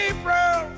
April